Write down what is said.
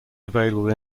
available